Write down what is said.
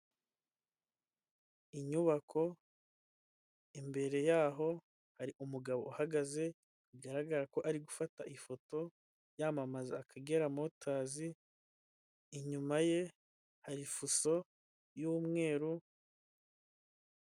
Inyubako imbere yaho hari umugabo uhagaze bigaragara ko ari gufata ifoto yamamaza akagera motazi inyuma ye hari fuso y'umweru.